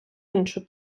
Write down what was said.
іншу